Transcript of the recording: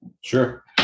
Sure